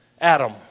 Adam